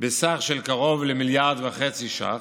בסך של קרוב ל-1.5 מיליארד ש"ח,